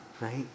right